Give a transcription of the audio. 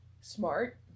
Smart